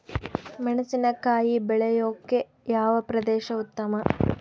ಮೆಣಸಿನಕಾಯಿ ಬೆಳೆಯೊಕೆ ಯಾವ ಪ್ರದೇಶ ಉತ್ತಮ?